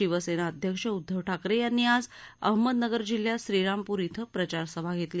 शिवसेनेचे अध्यक्ष उद्दव ठाकरे यांनी आज अहमदनगर जिल्ह्यात श्रीरामपूर इथं प्रचारसभा घेतली